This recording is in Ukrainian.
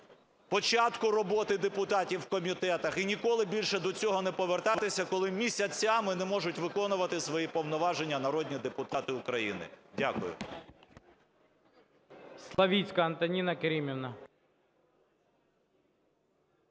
початку роботи депутатів у комітетах і ніколи більше до цього не повертатися, коли місяцями не можуть виконувати свої повноваження народні депутати України. Дякую.